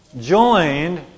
joined